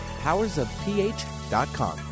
powersofph.com